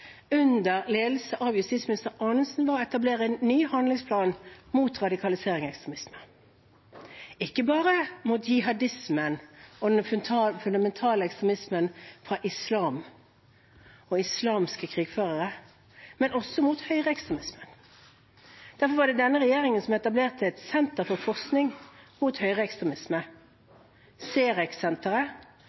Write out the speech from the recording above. under ledelse av justisminister Anundsen, å utarbeide en handlingsplan mot radikalisering og ekstremisme, ikke bare mot jihadismen og den fundamentale ekstremismen fra islam og islamske krigførere, men også mot høyreekstremisme. Derfor var det denne regjeringen som etablerte et senter for forskning på høyreekstremisme,